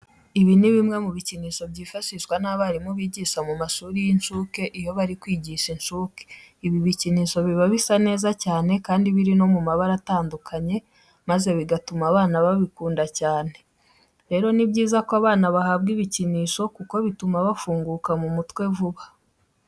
Ibi ni bimwe mu bikinisho byifashishwa n'abarimi bigisha mu mashuri y'incuke iyo bari kwigisha incuke. Ibi bikinisho biba bisa neza cyane kandi biri no mu mabara atandukanye maze bigatuma abana babikunda cyane. Rero ni byiza ko abana bahabwa ibikinisho kuko bituma bafunguka mu mutwe vuba.